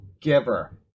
giver